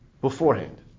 beforehand